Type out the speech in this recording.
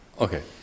Okay